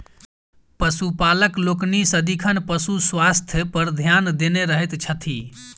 पशुपालक लोकनि सदिखन पशु स्वास्थ्य पर ध्यान देने रहैत छथि